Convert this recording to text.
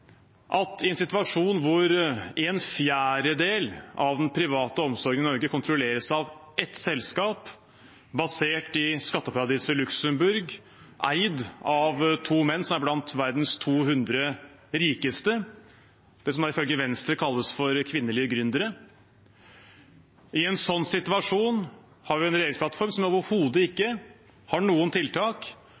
at i en situasjon hvor en fjerdedel av den private omsorgen i Norge kontrolleres av ett selskap basert i skatteparadiset Luxembourg, eid av to menn som er blant verdens 200 rikeste – det som ifølge Venstre kalles kvinnelige gründere – har vi en regjeringsplattform som overhodet ikke har noen tiltak